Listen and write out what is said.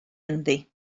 ynddi